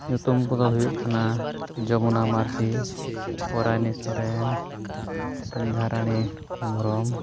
ᱧᱩᱛᱩᱢ ᱠᱚᱫᱚ ᱦᱩᱭᱩᱜ ᱠᱟᱱᱟ ᱡᱚᱢᱩᱱᱟ ᱢᱟᱨᱰᱤ ᱯᱚᱨᱟᱭᱚᱱᱤ ᱥᱚᱨᱮᱱ ᱥᱚᱱᱫᱷᱟᱨᱟᱱᱤ ᱦᱮᱢᱵᱨᱚᱢ